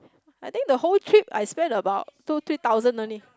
I think the whole trip I spent about two three thousand only